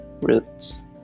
roots